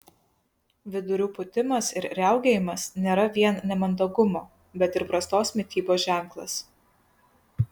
vidurių pūtimas ir riaugėjimas nėra vien nemandagumo bet ir prastos mitybos ženklas